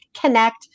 connect